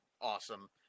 awesome